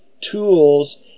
tools